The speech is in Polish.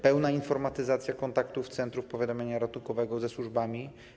Pełna informatyzacja kontaktów centrów powiadamiania ratunkowego ze służbami.